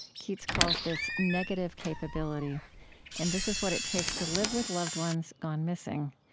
keats calls this negative capability and this is what it takes to live with loved ones gone missing.